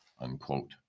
unquote